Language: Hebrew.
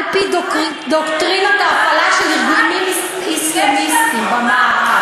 על-פי דוקטרינת ההפעלה של ארגונים אסלאמיסטיים במערב.